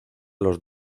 los